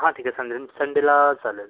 हा ठीके संडे संडेला चालेल